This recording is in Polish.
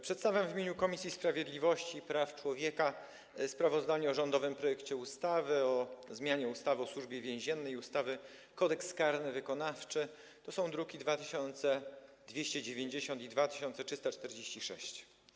Przedstawiam w imieniu Komisji Sprawiedliwości i Praw Człowieka sprawozdanie o rządowym projekcie ustawy o zmianie ustawy o Służbie Więziennej i ustawy Kodeks karny wykonawczy, druki nr 2290 i 2346.